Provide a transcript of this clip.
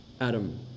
adam